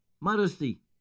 modesty